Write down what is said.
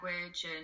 language